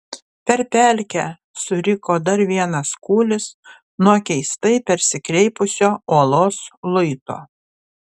per pelkę suriko dar vienas kūlis nuo keistai persikreipusio uolos luito